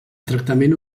tractament